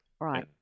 right